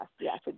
yes